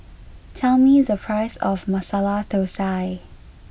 tell me the price of Masala Thosai